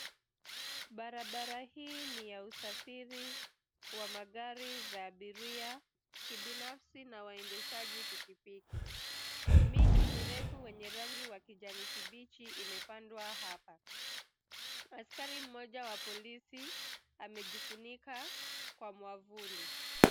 Barabara hii ni ya usafiri wa magari za abiria, kibinafsi na waendeshaji pikipiki. Miti mirefu wenye rangi wa kijani kibichi imepandwa hapa. Askari mmoja wa polisi amejifunika kwa mwavuli.